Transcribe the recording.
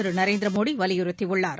திருநரேந்திரமோடிவலியுறுத்தியுள்ளார்